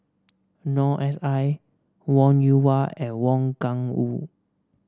Noor S I Wong Yoon Wah and Wang Gungwu